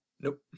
Nope